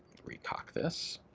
we cock this,